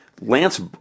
Lance